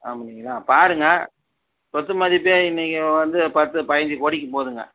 அப்படிங்களா பாருங்கள் சொத்துமதிப்பே இன்னக்கு வந்து பத்து பதினஞ்சு கோடிக்கு போகுதுங்க